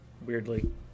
weirdly